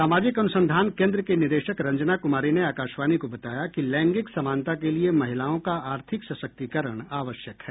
सामाजिक अनुसंधान केंद्र की निदेशक रंजना कुमारी ने आकाशवाणी को बताया कि लैंगिक समानता के लिए महिलाओं का आर्थिक सशक्तिकरण आवश्यक है